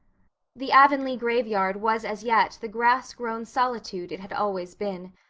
the avonlea graveyard was as yet the grass-grown solitude it had always been.